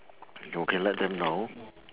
you can let them know